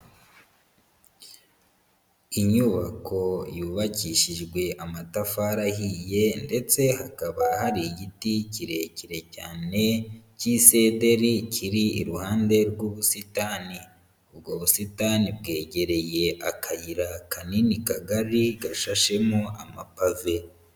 Inyubako yubakishijwe amatafari ahiye ndetse hakaba hari igiti kirekire cyane cy'isederi kiri iruhande rw'ubusitani. Ubwo busitani bwegereye akayira kanini kagari, gashashemo amapave.